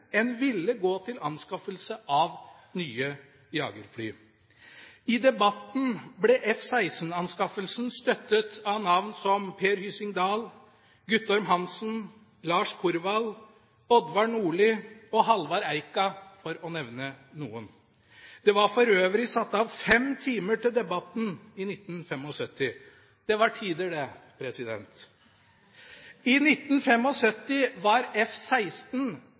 En ville gå til anskaffelse av nye jagerfly. I debatten ble F-16-anskaffelsen støttet av navn som Per-Hysing Dahl, Guttorm Hansen, Lars Korvald, Odvar Nordli og Hallvard Eika, for å nevne noen. Det var for øvrig satt av fem timer til debatten i 1975. Det var tider, det! I 1975 var